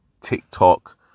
TikTok